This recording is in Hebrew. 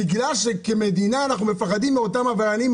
בגלל שכמדינה אנחנו מפחדים מאותם עבריינים,